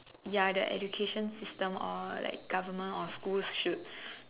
ya the education system like government or the schools should